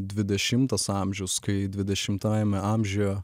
dvidešimtas amžius kai dvidešimtajame amžiuje